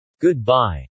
Goodbye